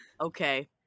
Okay